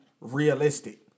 realistic